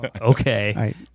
Okay